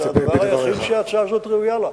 זה הדבר היחיד שההצעה הזאת ראויה לו.